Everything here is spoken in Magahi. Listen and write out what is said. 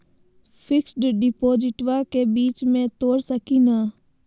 फिक्स डिपोजिटबा के बीच में तोड़ सकी ना?